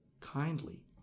kindly